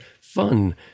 fun